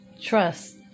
trust